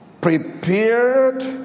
Prepared